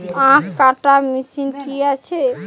আখ কাটা মেশিন কি আছে?